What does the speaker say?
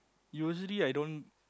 usually I don't